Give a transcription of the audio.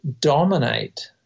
dominate